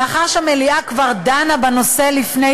מאחר שהמליאה כבר דנה בנושא רק לפני